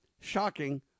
Shocking